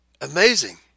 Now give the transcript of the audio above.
Amazing